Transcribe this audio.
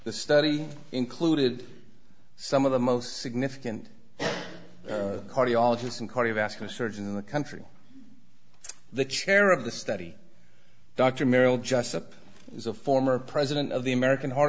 the study included some of the most significant cardiologists and cardiovascular surgeon in the country the chair of the study dr merrill jessop is a former president of the american heart